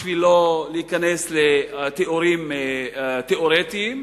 בשביל לא להיכנס לתיאורים תיאורטיים,